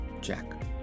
Jack